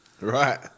Right